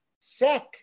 sick